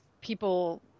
people